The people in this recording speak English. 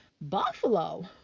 Buffalo